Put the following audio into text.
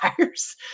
tires